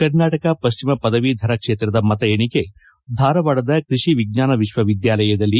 ಕರ್ನಾಟಕ ಪಶ್ಚಿಮ ಪದವೀಧರ ಕ್ಷೇತ್ರದ ಮತ ಎಣಿಕೆ ಧಾರವಾಡದ ಕೃಷಿ ವಿಜ್ಞಾನ ವಿಶ್ವವಿದ್ಯಾಲಯದಲ್ಲಿ